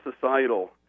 societal